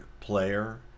player